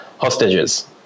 hostages